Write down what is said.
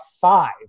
five